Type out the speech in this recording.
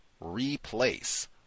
Replace